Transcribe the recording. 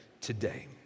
today